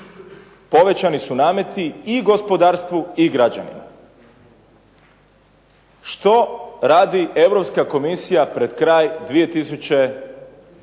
Povećani su nameti i gospodarstvu i građanima. Što radi Europska komisija pred kraj 2008.